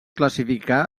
classificar